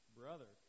brother